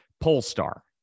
Polestar